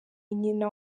nyina